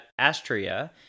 Astria